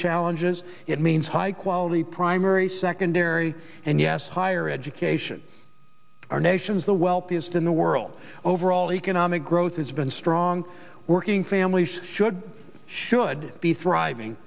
challenges it means high quality primary secondary and yes higher education our nation's the wealthiest in the world overall economic growth has been strong working families should should be thriving